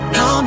no